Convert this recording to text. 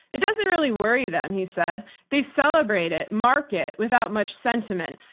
it doesn't really worry them, he said. they celebrate it, mark it without much sentiment.